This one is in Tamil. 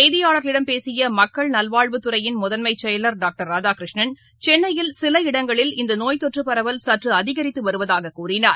செய்தியாளர்களிடம் பேசியமக்கள் நல்வாழ்வுத்துறையின் முதன்மைச்செயலர் டாக்டர் பின்னர் ராதாகிருஷ்ணன் சென்னையில் சில இடங்களில் இந்தநோய் தொற்றபரவல் சற்றுஅதிகரித்துவருவதாககூறினார்